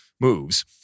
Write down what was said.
moves